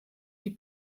die